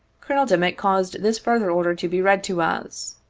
colonel dimick caused this further order to be read to us